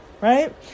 right